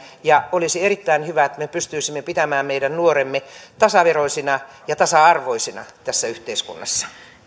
ja olisi erittäin hyvä jos me pystyisimme pitämään meidän nuoremme tasaveroisina ja tasa arvoisina tässä yhteiskunnassa